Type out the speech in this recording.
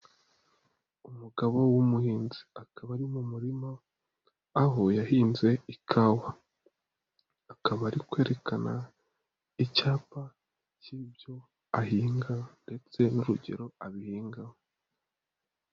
Umugabo w'umuhinzi. Akaba ari mu murima, aho yahinze ikawa. Akaba ari kwerekana, icyapa cy'ibyo ahinga ndetse n'urugero abihingaho.